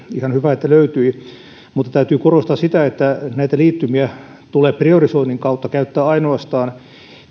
ihan hyvä että löytyi mutta täytyy korostaa sitä että näitä liittymiä tulee priorisoinnin kautta käyttää ainoastaan